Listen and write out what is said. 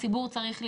הציבור צריך להתגייס.